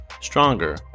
stronger